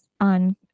on